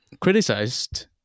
criticized